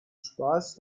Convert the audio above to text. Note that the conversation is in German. spaß